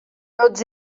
tots